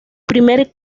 primer